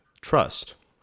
trust